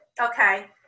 okay